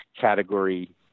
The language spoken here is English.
category